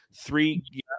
three